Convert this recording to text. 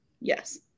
Yes